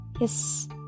yes